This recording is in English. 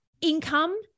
income